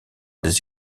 des